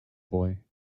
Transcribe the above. boy